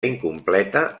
incompleta